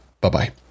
Bye-bye